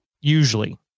Usually